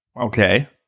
Okay